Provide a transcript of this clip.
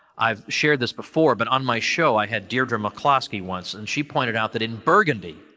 i've shared this before but on my show i had deirdre mccloskey once and she pointed out that in burgundy,